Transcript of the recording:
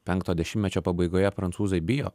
penkto dešimtmečio pabaigoje prancūzai bijo